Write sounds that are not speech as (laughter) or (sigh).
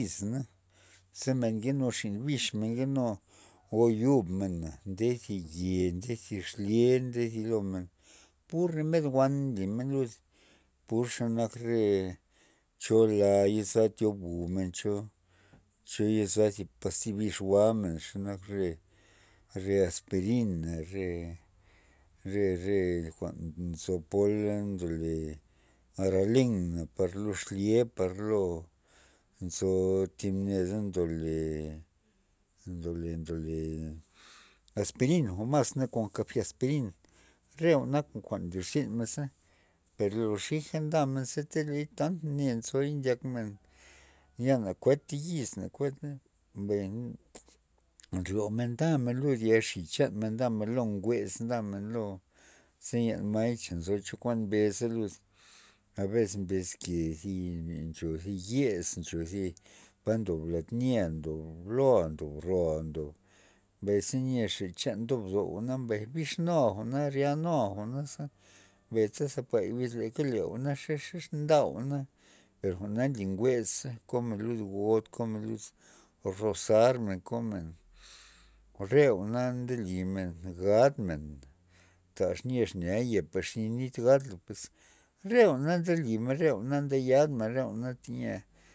(unintelligible) zemen nke numen xin bix men nkenu o yub mena nde thi ye nde thi xlye nde thi lo men pur romed wan nlymen lud pur xenak re cho la yeza tyob jwu'men cho che yeza thi pasti bix jwa'men xe nak re- re aspirin re- re- re jwa'n nzo pola ndole aralin par lo xlye par lo nzo thib neda ndole- ndole- le aspirin jwa'n mas kon kafiaspirin re jwa'na nak jwa'n nlyr zynmen per lo xija ze lo tan ney nzoy ndyak men ya na kueta yiz na kueta mbay ryomen ndamen lud yaxi chanmen ndamen lo nwez ndamen lo ze le may nzo chokuan mbeza a bes mbeske ze ncho zi yes ncho zi palad nya ndob nya lo ndob roa' mbay ze nyaxa chan ndob do jwa'n mbay na bixnuya ryanua jwa'na za ze thap gay wiz leka le jwa'na xe- xe- xe nda jwa'na per jwa'na nly nwez ze komen lud gon komen lud rozarmen komen re jwa'na nde limen gadmen tax nyexa na yepa xi nit gadmen pues re jwa'na ndelymen re jwa'na nde yadmen re jwa'na